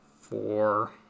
Four